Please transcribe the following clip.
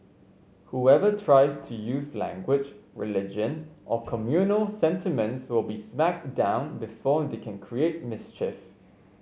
whoever tries to use language religion or communal sentiments will be smacked down before they can create mischief